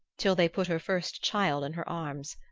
till they put her first child in her arms.